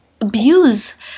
abuse